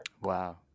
wow